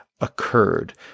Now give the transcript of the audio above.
occurred